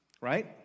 right